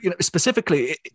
specifically